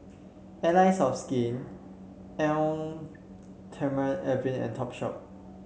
Allies of Skin Eau Thermale Avene and Topshop